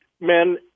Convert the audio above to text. men